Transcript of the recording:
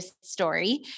story